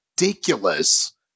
ridiculous